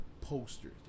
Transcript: posters